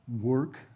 work